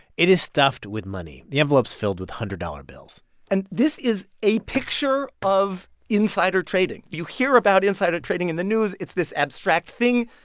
it is stuffed with money. the envelope's filled with one hundred dollars bills and this is a picture of insider trading. you hear about insider trading in the news. it's this abstract thing.